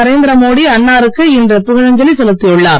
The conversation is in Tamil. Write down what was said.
நரேந்திரமோடி அன்னாருக்கு இன்று புகழஞ்சலி செலுத்தியுள்ளார்